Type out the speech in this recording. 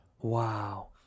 Wow